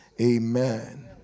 amen